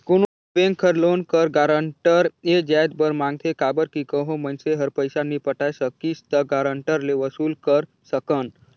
कोनो बेंक हर लोन कर गारंटर ए जाएत बर मांगथे काबर कि कहों मइनसे हर पइसा नी पटाए सकिस ता गारंटर ले वसूल कर सकन